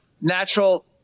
natural